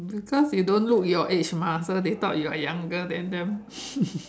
because you don't look your age mah so they thought you younger than them